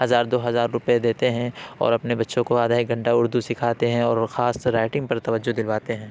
ہزار دو ہزار روپئے دیتے ہیں اور اپنے بچوں کو آدھا ایک گھنٹہ اردو سکھاتے ہیں اور خاص رائٹنگ پر توجہ دلواتے ہیں